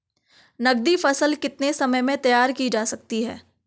नगदी फसल कितने समय में तैयार की जा सकती है?